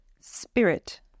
spirit